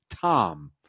Tom